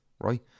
right